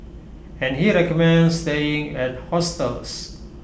and he recommends staying at hostels